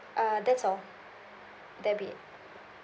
uh that's all that'll be